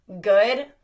good